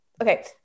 okay